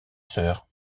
sœur